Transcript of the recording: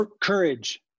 courage